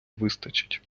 вистачить